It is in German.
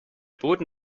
boden